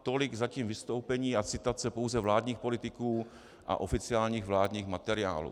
Tolik zatím vystoupení a citace pouze vládních politiků a oficiálních vládních materiálů.